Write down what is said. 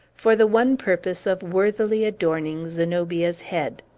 for the one purpose of worthily adorning zenobia's head.